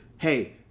hey